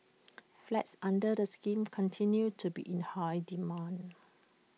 flats under the scheme continue to be in high demand